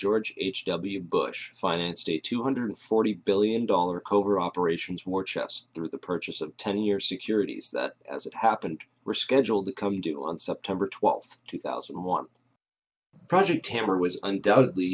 george h w bush financed a two hundred forty billion dollars covert operations war chest through the purchase of ten year securities that as it happened rescheduled to come due on september twelfth two thousand and one project hammer was undoubtedly